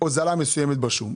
הוזלה מסוימת בשום,